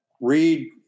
read